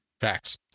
Facts